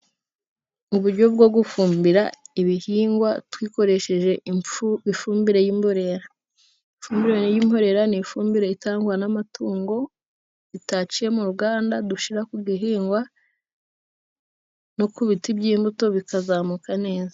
Uburyo bwo gufumbira ibihingwa dukoresheje ifumbire y'imborera. Ifumbire y'imborera ni ifumbire itangwa n'amatungo itaciye mu ruganda, dushyira ku gihingwa no ku biti by'imbuto bikazamuka neza.